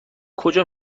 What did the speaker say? کجا